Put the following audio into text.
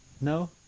No